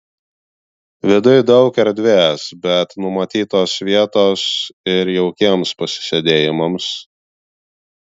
viduj daug erdvės bet numatytos vietos ir jaukiems pasisėdėjimams